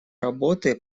работы